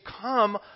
come